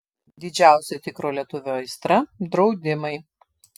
didžiausia tikro lietuvio aistra draudimai